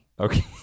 Okay